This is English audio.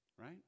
right